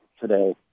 today